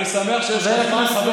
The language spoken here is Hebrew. אני שמח שיש לך זמן.